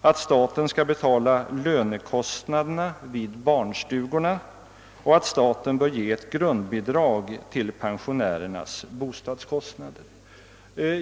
att staten skall betala lönekostna 'derna vid barnstugorna och ge ett grundbidrag till pensionärernas bostadskostnader.